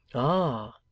ah!